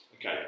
Okay